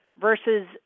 versus